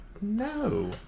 No